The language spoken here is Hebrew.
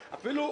הקיים.